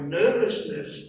nervousness